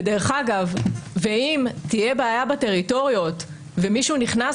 ואם תהיה בעיה בטריטוריות ומישהו נכנס